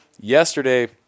yesterday